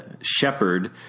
shepherd